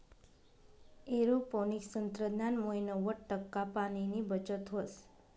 aeroponics तंत्रज्ञानमुये नव्वद टक्का पाणीनी बचत व्हस